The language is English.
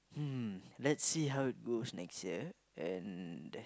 hmm let's see how it goes next year and